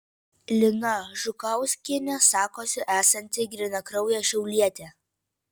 lina žukauskienė sakosi esanti grynakraujė šiaulietė